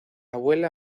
abuela